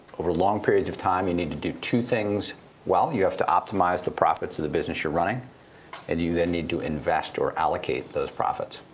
over long periods of time, you need to do two things well you need to optimize the profits of the business you're running and you then need to invest or allocate those profits.